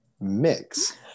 mix